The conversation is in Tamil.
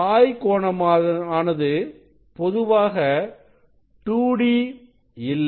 சாய் கோணமானது பொதுவாக 2d இல்லை